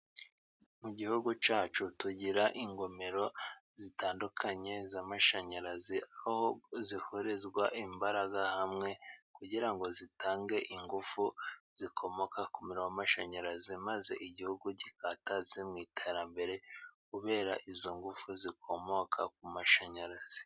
Mu Gihugu cyacu tugira ingomero zitandukanye z'amashanyarazi, aho zihurizwa imbaraga hamwe, kugira ngo zitange ingufu zikomoka ku mashanyarazi maze Igihugu gikataze mu iterambere kubera izo ngufu zikomoka ku mashanyarazi.